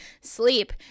sleep